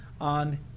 on